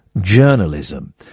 journalism